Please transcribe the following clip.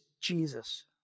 Jesus